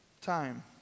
time